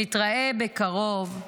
נתראה בקרוב".